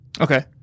Okay